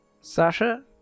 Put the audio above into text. Sasha